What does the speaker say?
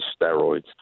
steroids